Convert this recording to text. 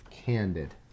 Candid